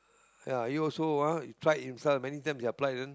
ya he also ah he tried himself many times he applied then